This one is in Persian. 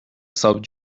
صاحب